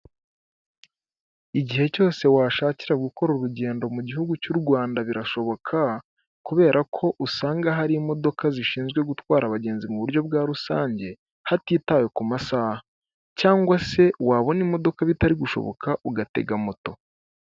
Igihe cyose washakira gukora urugendo mu gihugu cy'u Rwanda birashoboka, kubera ko usanga hari imodoka zishinzwe gutwara abagenzi mu buryo bwa rusange, hatitawe ku masaha, cyangwa se wabona imodoka bitari gushoboka ugatega moto.